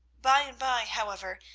by and by, however,